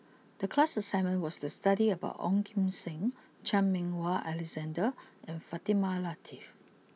the class assignment was to study about Ong Kim Seng Chan Meng Wah Alexander and Fatimah Lateef